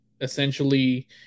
essentially –